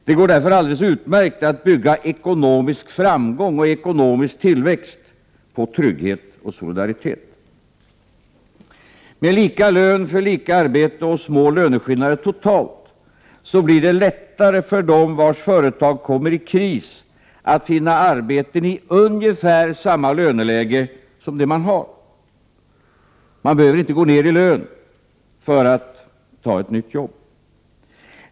Det går därför alldeles utmärkt att bygga ekonomisk framgång och ekonomisk tillväxt på trygghet och solidaritet: Med lika lön för lika arbete och små löneskillnader totalt, blir det lättare för dem vars företag kommer i kris att finna arbeten i ungefär samma löneläge som det man har. Man behöver inte gå ner i lön för att ta ett nytt jobb.